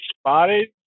spotted